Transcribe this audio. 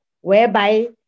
whereby